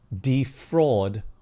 defraud